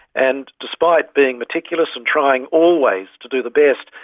and despite being meticulous and trying always to do the best,